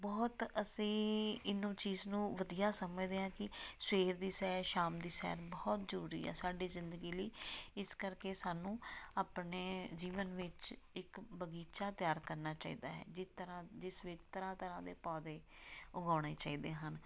ਬਹੁਤ ਅਸੀਂ ਇਹਨੂੰ ਚੀਜ਼ ਨੂੰ ਵਧੀਆ ਸਮਝਦੇ ਹਾਂ ਕਿ ਸਵੇਰ ਦੀ ਸੈਰ ਸ਼ਾਮ ਦੀ ਸੈਰ ਬਹੁਤ ਜ਼ਰੂਰੀ ਹੈ ਸਾਡੀ ਜ਼ਿੰਦਗੀ ਲਈ ਇਸ ਕਰਕੇ ਸਾਨੂੰ ਆਪਣੇ ਜੀਵਨ ਵਿੱਚ ਇੱਕ ਬਗੀਚਾ ਤਿਆਰ ਕਰਨਾ ਚਾਹੀਦਾ ਹੈ ਜਿਸ ਤਰ੍ਹਾਂ ਜਿਸ ਵਿੱਚ ਤਰ੍ਹਾਂ ਤਰ੍ਹਾਂ ਦੇ ਪੌਦੇ ਉਗਾਉਣੇ ਚਾਹੀਦੇ ਹਨ